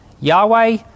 Yahweh